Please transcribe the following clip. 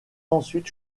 ensuite